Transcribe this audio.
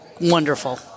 wonderful